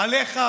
עליך,